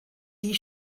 die